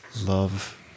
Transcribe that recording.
love